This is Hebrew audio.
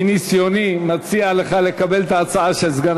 מניסיוני, אני מציע לך לקבל את ההצעה של סגן